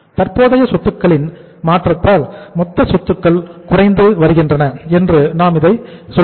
தற்போதைய சொத்துக்களின் மாற்றத்தால் மொத்த சொத்துக்கள் குறைந்து வருகின்றன என்று நாம் இதை சொல்கிறோம்